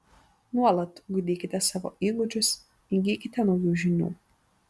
nuolat ugdykite savo įgūdžius įgykite naujų žinių